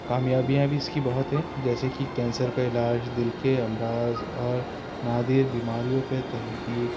کامیابیاں بھی اس کی بہت ہیں جیسے کہ کینسر کا علاج دل کے امراز اور نادیر بیماریوں پہ تحقیق